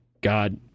God